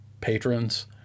patrons